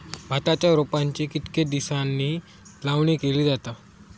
भाताच्या रोपांची कितके दिसांनी लावणी केली जाता?